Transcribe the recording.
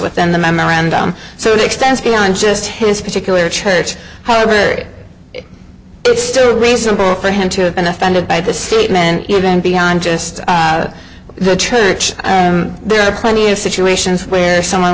within the memorandum so extends beyond just his particular church however it it's still reasonable for him to have been offended by the statement you then beyond just the church there are plenty of situations where someone